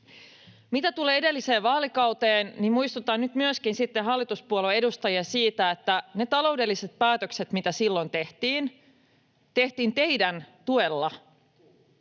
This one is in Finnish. Mitä tulee edelliseen vaalikauteen, niin muistutan nyt sitten hallituspuolueiden edustajia myöskin siitä, että ne taloudelliset päätökset, mitä silloin tehtiin, tehtiin teidän tuellanne,